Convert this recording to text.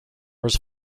was